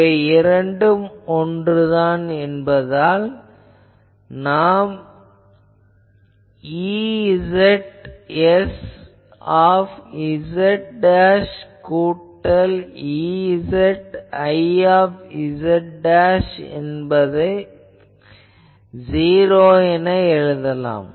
இவை இரண்டும் ஒன்றுதான் என்பதால் நாம் Ez sz கூட்டல் Ez iz என்பது '0' எனலாம்